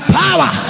power